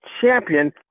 champion